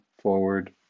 forward